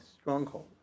stronghold